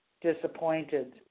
disappointed